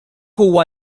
huwa